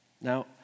Now